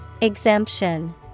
Exemption